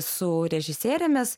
su režisierėmis